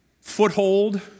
foothold